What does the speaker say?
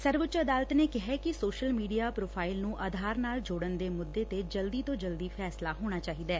ਸਰਵਉੱਚ ਅਦਾਲਤ ਨੇ ਕਿਹੈ ਕਿ ਸੋਸ਼ਲ ਮੀਡੀਆ ਪ੍ਰੋਜਲ ਨੂੰ ਆਧਾਰ ਨਾਲ ਜੋੜਨ ਦੇ ਮੁੱਦੇ ਤੇ ਜਲਦੀ ਤੋਂ ਜਲਦੀ ਫੈਸਲਾ ਹੋਣਾ ਚਾਹੀਦੈ